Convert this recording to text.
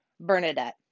Bernadette